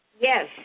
Yes